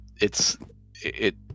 It's—it